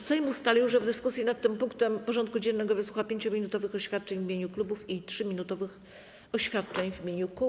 Sejm ustalił, że w dyskusji nad tym punktem porządku dziennego wysłucha 5-minutowych oświadczeń w imieniu klubów i 3-minutowych oświadczeń w imieniu kół.